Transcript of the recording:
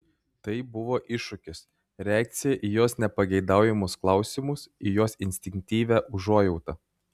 tai buvo iššūkis reakcija į jos nepageidaujamus klausimus į jos instinktyvią užuojautą